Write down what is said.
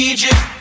Egypt